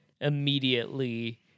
immediately